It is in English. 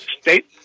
state